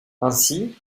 ainsi